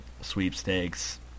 sweepstakes